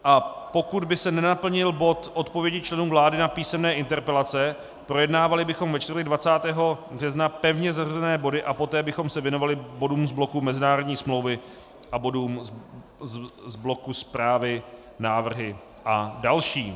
A pokud by se nenaplnil bod Odpovědi členů vlády na písemné interpelace, projednávali bychom ve čtvrtek 20. března pevně zařazené body a poté bychom se věnovali bodům z bloku mezinárodní smlouvy a bodům z bloku zprávy, návrhy a další.